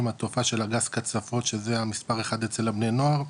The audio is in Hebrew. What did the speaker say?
התופעה של הגראס כצפוי שזה מספר אחד אצל בני הנוער,